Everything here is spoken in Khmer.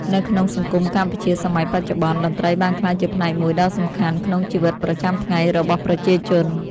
នៅក្នុងសង្គមកម្ពុជាសម័យបច្ចុប្បន្ន តន្ត្រីបានក្លាយជាផ្នែកមួយដ៏សំខាន់ក្នុងជីវិតប្រចាំថ្ងៃរបស់ប្រជាជន